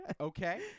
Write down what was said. Okay